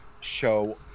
show